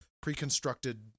pre-constructed